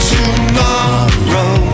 Tomorrow